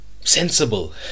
sensible